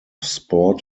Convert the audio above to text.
sport